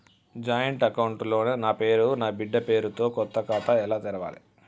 Joint account లో నా పేరు నా బిడ్డే పేరు తో కొత్త ఖాతా ఎలా తెరవాలి?